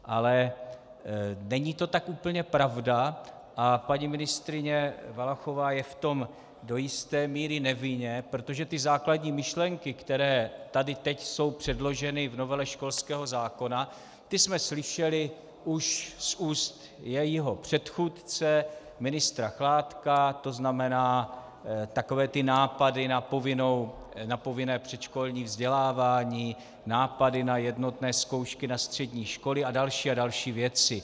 Ale není to tak úplně pravda a paní ministryně Valachová je v tom do jisté míry nevinně, protože základní myšlenky, které jsou předloženy v novele školského zákona, ty jsme slyšeli už z úst jejího předchůdce ministra Chládka, to znamená takové ty nápady na povinné předškolní vzdělávání, nápady na jednotné zkoušky na střední školy a další a další věci.